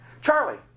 Charlie